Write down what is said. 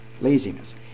laziness